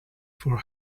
for